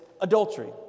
adultery